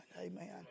Amen